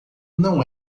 não